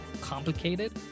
complicated